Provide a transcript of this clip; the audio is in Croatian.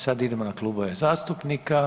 Sad idemo na klubove zastupnika.